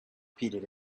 repeated